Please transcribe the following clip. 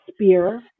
Spear